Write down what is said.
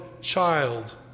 child